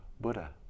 Buddha